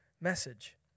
message